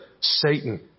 Satan